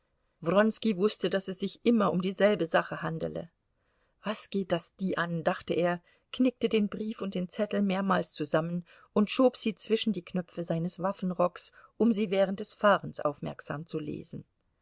wußte daß es sich immer um dieselbe sache handele was geht das die an dachte er knickte den brief und den zettel mehrmals zusammen und schob sie zwischen die knöpfe seines waffenrocks um sie während des fahrens aufmerksam zu lesen